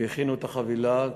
והכינו את החבילה.